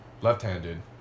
Left-handed